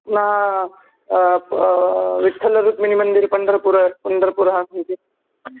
पुनः विठ्ठलरुक्मिणी मन्दिरं पण्डर् पुर् पण्डरपुरं सन्ति